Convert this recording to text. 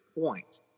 point